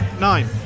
Nine